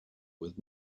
with